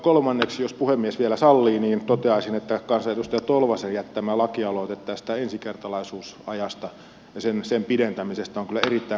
kolmanneksi jos puhemies vielä sallii toteaisin että kansanedustaja tolvasen jättämä lakialoite tästä ensikertalaisuusajasta ja sen pidentämisestä on kyllä erittäin kannatettava